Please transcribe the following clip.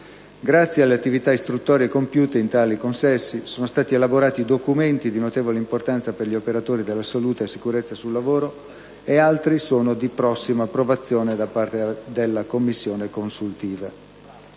Grazie alle attività istruttorie compiute in tali consessi, sono stati elaborati documenti di notevole importanza per gli operatori della salute e sicurezza sul lavoro e altri sono di prossima approvazione da parte della Commissione consultiva.